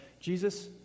Jesus